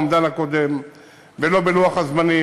לא באומדן הקודם ולא בלוח הזמנים.